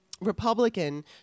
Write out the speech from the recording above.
republican